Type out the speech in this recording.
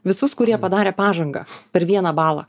visus kurie padarė pažangą per vieną balą